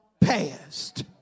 past